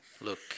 Look